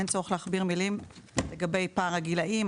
אין צורך להכביר מילים לגבי פער הגילים,